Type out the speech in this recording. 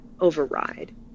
override